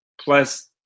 plus